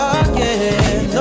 again